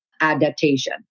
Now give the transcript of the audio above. adaptation